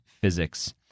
physics